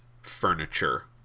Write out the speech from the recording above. furniture